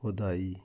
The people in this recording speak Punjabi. ਵਧਾਈ